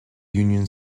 union